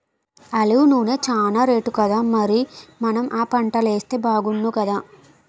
olive నూనె చానా రేటుకదా మరి మనం ఆ పంటలేస్తే బాగుణ్ణుకదా